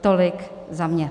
Tolik za mě.